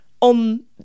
on